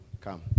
come